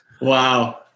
Wow